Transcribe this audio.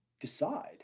decide